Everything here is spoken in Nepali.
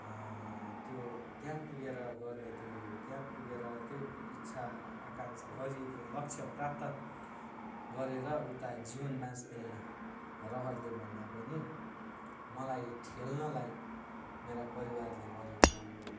त्यो त्यहाँ पुगेर गर्ने त्यो त्यहाँ पुगेर त्यो इच्छा आकाङ्क्षा गरिएको लक्ष्य प्राप्त गरेर उता जीवन बाँच्ने रहरले भन्दा पनि मलाई ठेल्नलाई मेरा परिवारले गरेको